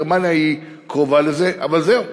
גרמניה קרובה לזה, אבל זהו.